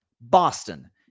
Boston